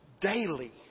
daily